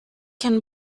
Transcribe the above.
can